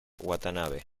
watanabe